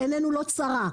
ועיננו לא צרה.